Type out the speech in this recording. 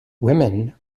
women